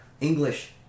English